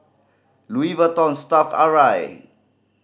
Louis Vuitton Stuff'd Arai